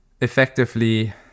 effectively